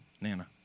Nana